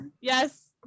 Yes